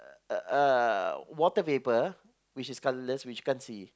a a water vapor which is colourless which can't see